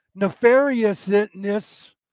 Nefariousness